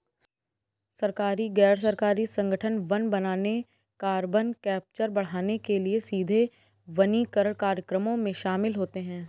सरकारी, गैर सरकारी संगठन वन बनाने, कार्बन कैप्चर बढ़ाने के लिए सीधे वनीकरण कार्यक्रमों में शामिल होते हैं